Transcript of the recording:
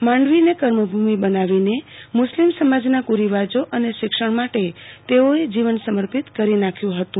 માંડવીન કર્મભૂમિ બનાવીને મુસ્લિમ સમાજના કુરીવાજો અને શિક્ષણ માટે તેઓએ જીવન સમર્પિત કરી નાખ્યું હતું